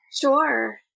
Sure